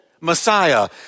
Messiah